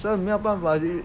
所以没有办法